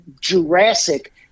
Jurassic